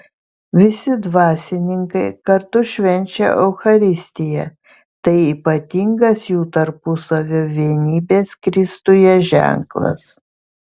visi dvasininkai kartu švenčia eucharistiją tai ypatingas jų tarpusavio vienybės kristuje ženklas